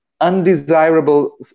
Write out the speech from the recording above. undesirable